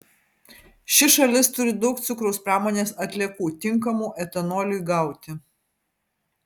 ši šalis turi daug cukraus pramonės atliekų tinkamų etanoliui gauti